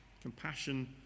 Compassion